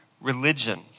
religion